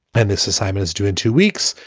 and this assignment is due in two weeks.